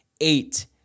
Eight